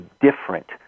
different